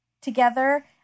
together